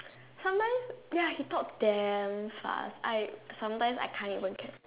sometimes ya he talk damn fast I sometimes I can't even